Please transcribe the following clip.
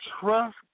trust